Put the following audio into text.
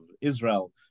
Israel